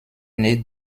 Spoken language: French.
née